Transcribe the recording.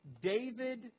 David